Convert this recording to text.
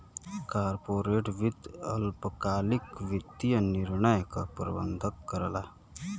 corporate वित्त अल्पकालिक वित्तीय निर्णय क प्रबंधन करला